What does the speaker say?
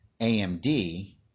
AMD